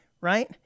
right